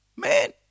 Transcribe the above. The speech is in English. Man